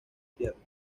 tierno